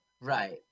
Right